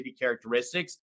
characteristics